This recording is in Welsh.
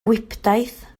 gwibdaith